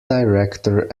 director